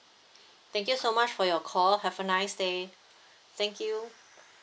thank you so much for your call have a nice day thank you